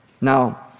Now